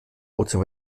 ozean